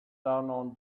down